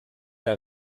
der